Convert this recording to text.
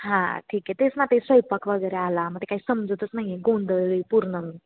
हां ठीक आहे तेच ना ते स्वयंपाक वगैरे आला मग ते काही समजतच नाही आहे गोंधळली पूर्ण मी